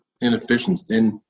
inefficiency